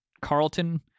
Carlton